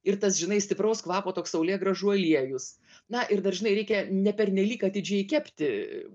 ir tas žinai stipraus kvapo toks saulėgrąžų aliejus na ir dar žinai reikia ne pernelyg atidžiai kepti